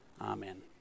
amen